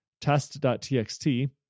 test.txt